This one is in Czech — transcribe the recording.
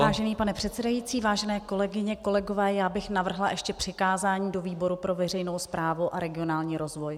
Vážený pane předsedající, vážené kolegyně, kolegové, já bych navrhla ještě přikázání do výboru pro veřejnou správu a regionální rozvoj.